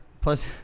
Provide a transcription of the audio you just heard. Plus